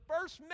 first